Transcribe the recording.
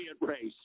race